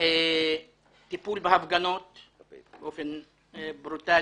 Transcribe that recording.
טיפול בהפגנות באופן ברוטלי.